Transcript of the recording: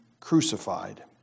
crucified